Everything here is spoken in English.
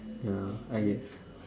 ya okay